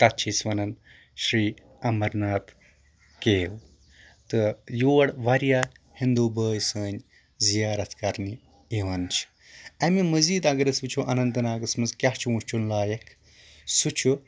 تَتھ چھِ أسۍ وَنان شری امرناتھ کیو تہٕ یور واریاہ ہِنٛدوٗ بٲٮے سٲنۍ زِیارَت کرنہِ یِوان چھِ اَمہِ مٔزیٖد اَگر أسۍ وٕچھو اننت ناگس منٛز کیاہ چھُ وٕچُھن لایق سُہ چھُ